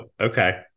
okay